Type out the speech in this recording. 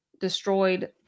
destroyed